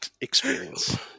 Experience